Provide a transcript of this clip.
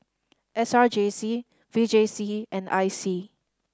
S R J C V J C and I C